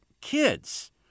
kids